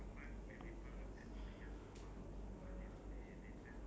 like dissa~ like make my younger self disappointed ya